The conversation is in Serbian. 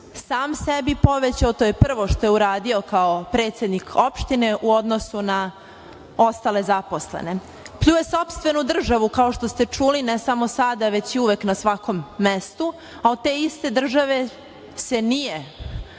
sam sebi povećao, to je prvo što je uradio kao predsednik opštine u odnosu na ostale zaposlene. Pljuje sopstvenu državu kao što ste čuli na samo sada već i uvek na svakom mestu, a od te iste države se nije ogradio